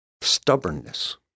stubbornness